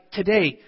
today